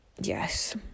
yes